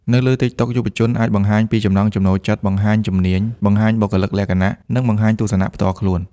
នៅលើ TikTok យុវជនអាច បង្ហាញពីចំណង់ចំណូលចិត្ត បង្ហាញជំនាញ បង្ហាញបុគ្គលិកលក្ខណៈ និងបង្ហាញទស្សនៈផ្ទាល់ខ្លួន។